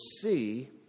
see